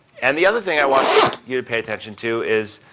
and the other thing i want you to pay attention to is,